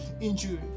injury